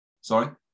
sorry